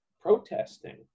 protesting